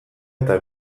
eta